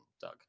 doug